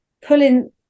pulling